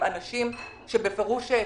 - הם פשוט יטבעו.